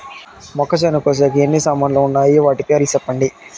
మొక్కచేను కోసేకి ఎన్ని సామాన్లు వున్నాయి? వాటి పేర్లు సెప్పండి?